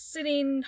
Sitting